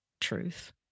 truth